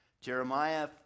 Jeremiah